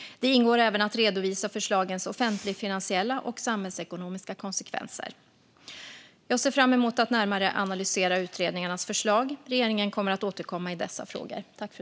Det ingår även att redovisa förslagens offentligfinansiella och samhällsekonomiska konsekvenser. Jag ser fram emot att närmare analysera utredningarnas förslag. Regeringen kommer att återkomma i dessa frågor.